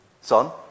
son